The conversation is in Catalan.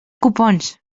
copons